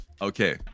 Okay